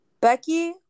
becky